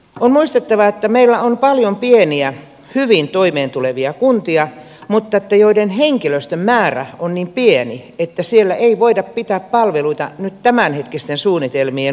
on muistettava että meillä on paljon pieniä hyvin toimeentulevia kuntia mutta joiden henkilöstön määrä on niin pieni että siellä ei voida pitää palveluita nyt tämänhetkisten suunnitelmien mukaan